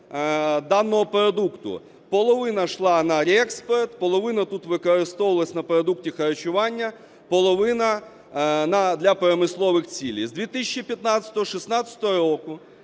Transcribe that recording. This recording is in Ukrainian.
даного продукту. Половина йшла на експорт, половина тут використовувалась на продукти харчування, половина для промислових цілей. З 2015-2016 року,